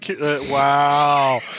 Wow